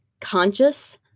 conscious